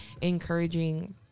encouraging